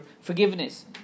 forgiveness